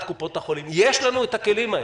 קופות החולים יש לנו את הכלים האלה.